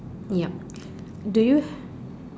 yup do you